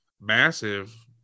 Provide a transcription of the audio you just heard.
massive